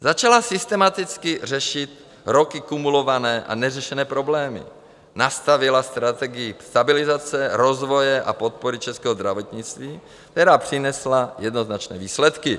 Začala systematicky řešit roky kumulované a neřešené problémy, nastavila strategii stabilizace, rozvoje a podpory českého zdravotnictví, které přinesly jednoznačné výsledky.